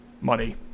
money